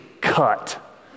cut